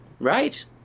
Right